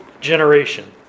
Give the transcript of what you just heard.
generation